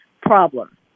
problem